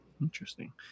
Interesting